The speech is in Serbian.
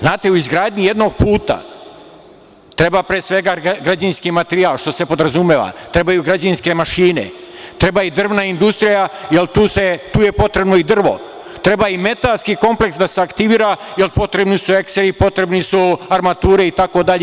Znate, u izgradnji jednog puta treba, pre svega, građevinski materijal, što se podrazumeva, trebaju građevinske mašine, treba i drvna industrija, jer tu je potrebno i drvo, treba i metalski kompleks da se aktivira, jer potrebni su ekseri, potrebne su armature itd.